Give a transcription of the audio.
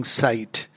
site